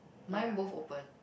mine both open